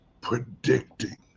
predicting